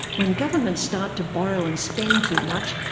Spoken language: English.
when governments start to borrow and spend too much,